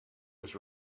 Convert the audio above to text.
was